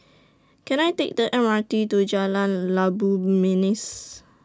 Can I Take The M R T to Jalan Labu Manis